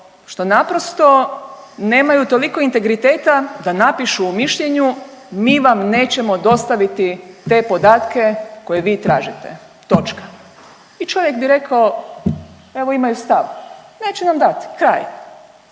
što naprosto nemaju toliko integriteta da napišu u mišljenju mi vam nećemo dostaviti te podatke koje vi tražite, točka i čovjek bi rekao evo imaju stav, neće nam dati, kraj